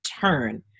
turn